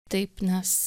taip nes